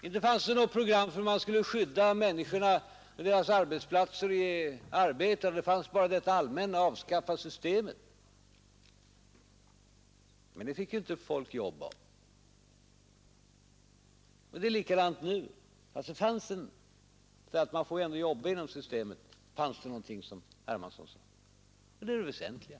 Inte fanns det något program för hur man skulle skydda människorna på deras arbetsplatser och i deras arbete. Det fanns bara detta allmänna — avskaffa systemet! Men det fick ju inte folk jobb av. Och det är likadant nu. Man får ju ändå jobba inom systemet — det är det väsentliga.